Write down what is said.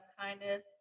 kindness